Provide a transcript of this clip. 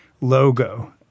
logo